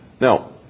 Now